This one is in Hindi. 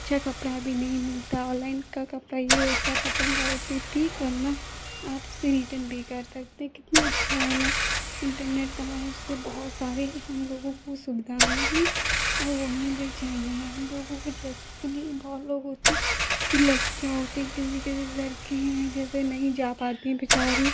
अच्छा कपड़ा भी नहीं मिलता ऑनलाइन का कपड़ा यह होता कि पसन्द आए तो ठीक वरना आप उसे रिटर्न भी कर सकते कितना अच्छा है ना इन्टरनेट आया उससे बहुत सारे हमलोगों को सुविधाएँ हैं और उम्मीदें जगी हैं हमलोगों जैसे कि नहीं बहुत लोग होते हैं कि लड़कियाँ होती हैं किसी किसी घर की हैं जैसे नहीं जा पाती हैं बेचारी